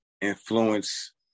influence